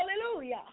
Hallelujah